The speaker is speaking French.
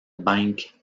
bank